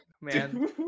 man